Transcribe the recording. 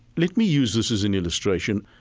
let me use this as an illustration.